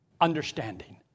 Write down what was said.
understanding